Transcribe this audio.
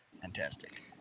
fantastic